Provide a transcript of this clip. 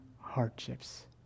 hardships